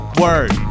Word